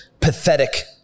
pathetic